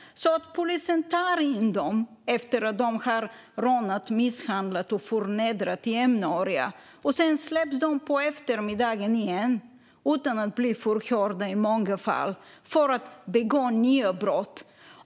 Polisen tar in dem efter att de har rånat, misshandlat och förnedrat jämnåriga. På eftermiddagen släpps de igen, i många fall utan att ha blivit förhörda, för att begå nya brott.